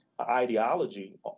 ideology